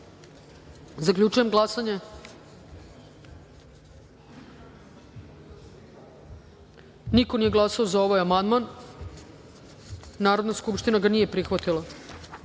amandman. Zaključujem glasanje: niko nije glasao za ovaj amandman. Narodna skupština ga nije prihvatila. Na